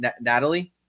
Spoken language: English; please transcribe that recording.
Natalie